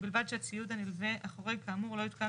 ובלבד שהציוד הנלווה החורג כאמור לא יותקן